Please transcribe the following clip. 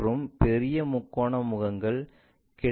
மற்றும் பெரிய முக்கோண முகங்கள் கிடைமட்ட பிளேன்இல் இருக்கும்